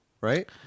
right